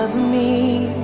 me.